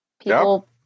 people